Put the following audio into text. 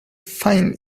find